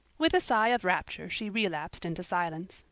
with a sigh of rapture she relapsed into silence.